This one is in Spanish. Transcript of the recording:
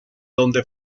donde